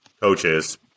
coaches